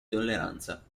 tolleranza